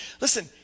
listen